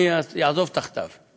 אני אעזוב את הכתב.